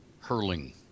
hurling